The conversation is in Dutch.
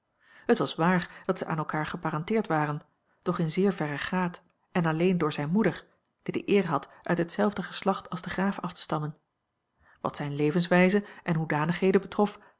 het was waar dat zij aan elkaar geparenteerd waren doch in zeer verren graad en alleen door zijne moeder die de eer had uit hetzelfde geslacht als de graaf af te stammen wat zijne levenswijze en hoedanigheden betrof